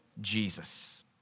Jesus